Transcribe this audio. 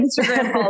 Instagram